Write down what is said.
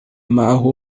معه